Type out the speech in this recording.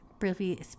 briefly